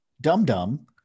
Dum-Dum